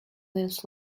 this